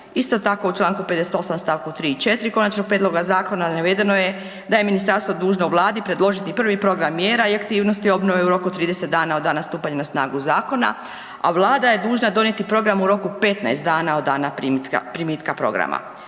Isto tako u čl. 58. st. 3. i 4. konačnog prijedloga zakona navedeno je da je ministarstvo dužno vladi predložiti prvi program mjera i aktivnosti obnove u roku od 30 dana od dana stupanja na snagu zakona, a vlada je dužna donijeti program u roku 15 dana od dana primitka programa.